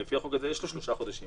הרי לפי החוק הזה יש לו שלושה חודשים,